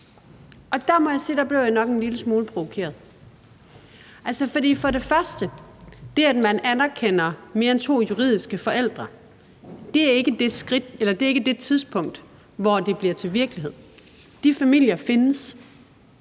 der blev jeg nok en lille smule provokeret. Altså, først og fremmest: Det, at man anerkender mere end to juridiske forældre, er ikke det tidspunkt, hvor det bliver til virkelighed. De familier findes.